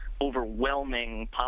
overwhelming